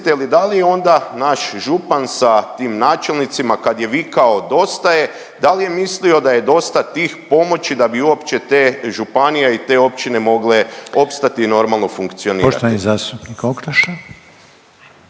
da li onda naš župan sa tim načelnicima kad je vikao dosta je, dal je mislio da je dosta tih pomoći da bi uopće te županije i te općine mogle opstati normalno funkcionirati? **Reiner, Željko